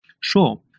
Sure